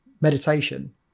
meditation